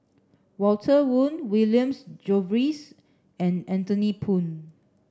Walter Woon Williams Jervois and Anthony Poon